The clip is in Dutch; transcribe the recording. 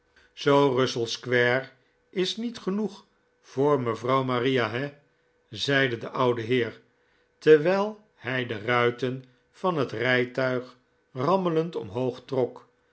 zoo russell square is niet goed genoeg voor mevrouw maria he zeide de oude heer terwijl hij de ruiten van het rijtuig rammelend omhoog trok